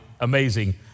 amazing